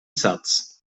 satz